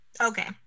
Okay